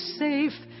safe